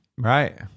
Right